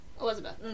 Elizabeth